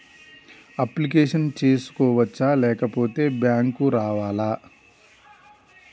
Application చేసుకోవచ్చా లేకపోతే bank రావాలా?